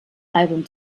album